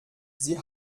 sie